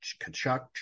Kachuk